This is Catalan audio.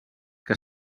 que